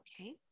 okay